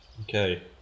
Okay